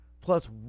plus